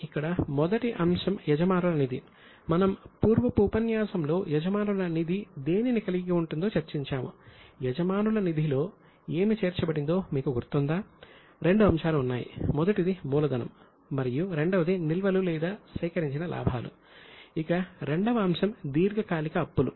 ఇవి 1 సంవత్సరం లోపు తీర్చవలసిన అప్పులు